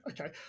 okay